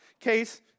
case